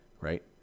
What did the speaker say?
Right